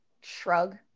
shrug